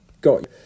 got